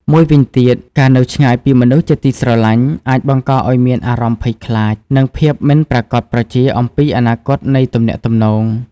មួយវិញទៀត ការនៅឆ្ងាយពីមនុស្សជាទីស្រឡាញ់ អាចបង្កឱ្យមានអារម្មណ៍ភ័យខ្លាច និងភាពមិនប្រាកដប្រជាអំពីអនាគតនៃទំនាក់ទំនង។